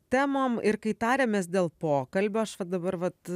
temom ir kai tarėmės dėl pokalbio aš va dabar vat